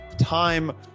time